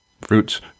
fruits